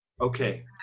Okay